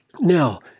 Now